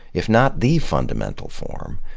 if not the fundamental form.